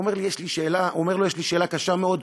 הוא אומר לו: יש לי שאלה קשה מאוד.